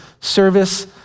service